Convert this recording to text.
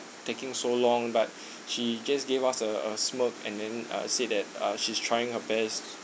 taking so long but she just gave us a a smirk and then uh say that uh she's trying her best